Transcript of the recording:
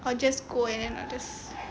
I just go and then I'll just